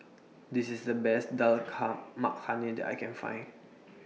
This IS The Best Dal Makhani that I Can Find